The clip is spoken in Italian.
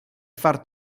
far